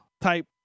type